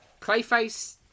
Clayface